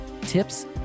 Tips